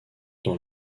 dans